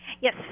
Yes